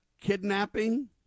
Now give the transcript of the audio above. kidnapping